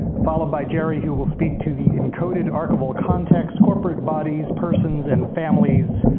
followed by jerry, who will speak to the encoded archival context, corporate bodies, persons and families,